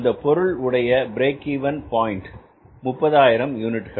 அந்தப் பொருள் உடைய பிரேக் இவென் பாயின்ட் 30000 யூனிட்டுகள்